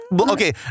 Okay